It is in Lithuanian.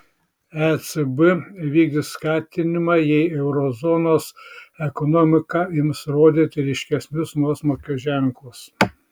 ecb vykdys skatinimą jei euro zonos ekonomika ims rodyti ryškesnius nuosmukio ženklus